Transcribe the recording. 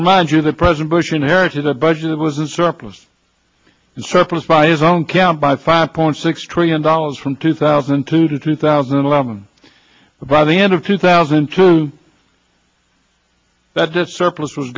remind you that president bush inherited a budget was in surplus surplus by his own camp by five point six trillion dollars from two thousand and two to two thousand and eleven by the end of two thousand and two that just surplus was